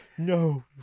No